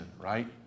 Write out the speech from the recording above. right